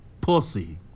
Pussy